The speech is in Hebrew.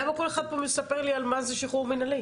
למה כל אחד פה מספר לי על מה זה שחרור מנהלי?